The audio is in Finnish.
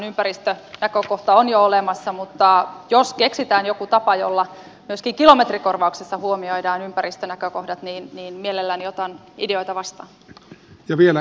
autoverotuksessahan ympäristönäkökohta on jo olemassa mutta jos keksitään joku tapa jolla myöskin kilometrikorvauksessa huomioidaan ympäristönäkökohdat niin mielelläni otan ideoita vastaan